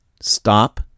stop